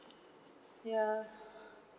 ya